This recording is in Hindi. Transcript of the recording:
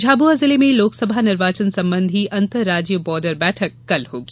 झाबुआ जिले में लोकसभा निर्वाचन संबंधित अंतर राज्य बार्डर बैठक कल होगी